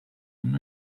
him